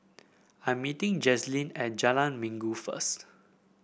I'm meeting Jazlene at Jalan Minggu first